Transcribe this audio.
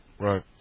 Right